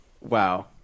Wow